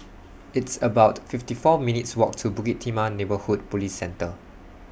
It's about fifty four minutes' Walk to Bukit Timah Neighbourhood Police Centre